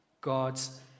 God's